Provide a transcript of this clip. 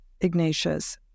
Ignatius